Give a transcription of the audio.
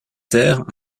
terre